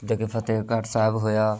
ਜਿੱਦਾਂ ਕਿ ਫਤਿਹਗੜ੍ਹ ਸਾਹਿਬ ਹੋਇਆ